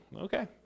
Okay